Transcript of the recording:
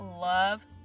love